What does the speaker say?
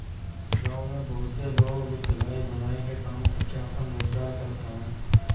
गांव में बहुते लोग सिलाई, बुनाई के काम करके आपन रोजगार करत हवे